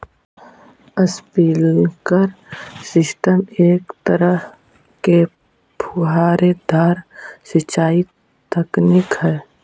sprinkler system एक तरह के फुहारेदार सिंचाई तकनीक हइ